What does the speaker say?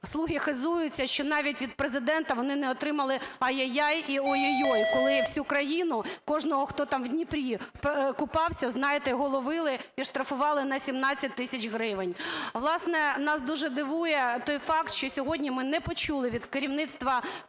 "слуги" хизуються, що навіть від Президента вони не отримали "ай-яй-яй" і "ой-ой-ой", коли всю країну, кожного, хто там в Дніпрі купався, знаєте, його ловили і штрафували на 17 тисяч гривень. Власне, нас дуже дивує той факт, що сьогодні ми не почули від керівництва